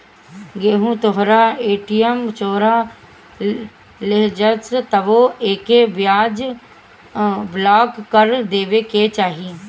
केहू तोहरा ए.टी.एम चोरा लेहलस तबो एके ब्लाक कर देवे के चाही